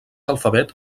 alfabet